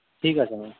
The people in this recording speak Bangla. ঠিক আছে ম্যাম